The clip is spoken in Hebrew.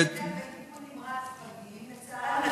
יש הבדל בין טיפול נמרץ פגים לטיפול נמרץ,